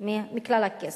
מכלל הכסף.